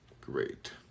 Great